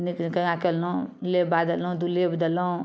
नीक जकाँ कयलहुँ लेबा देलहुँ गिलेब देलहुँ